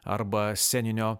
arba sceninio